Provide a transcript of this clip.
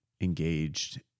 engaged